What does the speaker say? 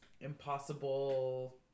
Impossible